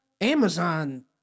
Amazon